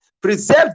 Preserve